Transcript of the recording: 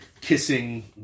kissing